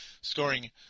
scoring